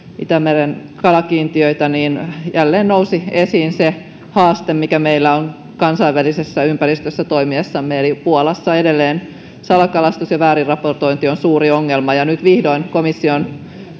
itämeren kalakiintiöitä jälleen nousi esiin se haaste mikä meillä on kansainvälisessä ympäristössä toimiessamme eli puolassa edelleen salakalastus ja väärin raportointi ovat suuri ongelma nyt vihdoin komissio on